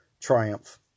triumph